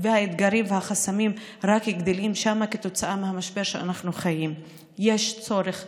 והאתגרים והחסמים רק גדלים שם כתוצאה מהמשבר שאנחנו חיים בו.